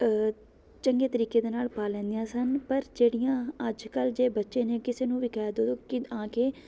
ਚੰਗੇ ਤਰੀਕੇ ਦੇ ਨਾਲ਼ ਪਾ ਲੈਂਦੀਆਂ ਸਨ ਪਰ ਜਿਹੜੀਆਂ ਅੱਜ ਕੱਲ੍ਹ ਜੇ ਬੱਚੇ ਨੇ ਕਿਸੇ ਨੂੰ ਵੀ ਕਹਿ ਦਿਉ ਕਿ ਆ ਕੇ